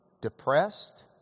depressed